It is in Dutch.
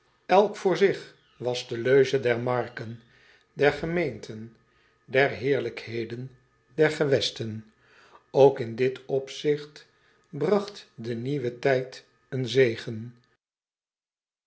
lk voor zich was de leuze der marken der gemeenten der heerlijkheden der gewesten ok in dit opzigt bragt de nieuwe tijd een zegen